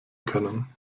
können